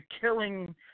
killing